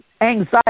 anxiety